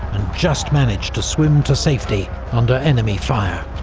just managed to swim to safety under enemy fire.